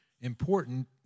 important